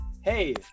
hey